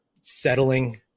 settling –